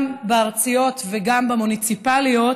גם הארציות וגם המוניציפליות